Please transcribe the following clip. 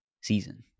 season